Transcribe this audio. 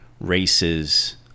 races